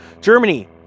Germany